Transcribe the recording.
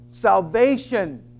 Salvation